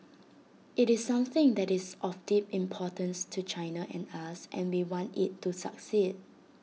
IT is something that is of deep importance to China and us and we want IT to succeed